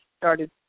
started